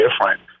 different